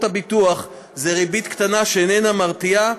הביטוח היא ריבית קטנה שאיננה מרתיעה,